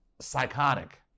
psychotic